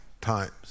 times